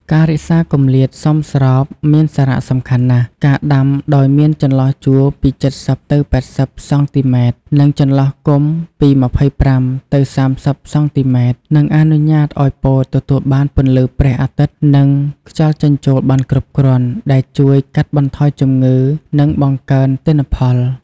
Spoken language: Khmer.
ការរក្សាគម្លាតសមស្របមានសារៈសំខាន់ណាស់ ការដាំដោយមានចន្លោះជួរពី ៧០ ទៅ ៨០ សង់ទីម៉ែត្រ និង ចន្លោះគុម្ពពី ២៥ ទៅ ៣០ សង់ទីម៉ែត្រ នឹងអនុញ្ញាតឱ្យពោតទទួលបានពន្លឺព្រះអាទិត្យ និងខ្យល់ចេញចូលបានគ្រប់គ្រាន់ ដែលជួយកាត់បន្ថយជំងឺ និងបង្កើនទិន្នផល។